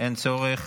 אין צורך.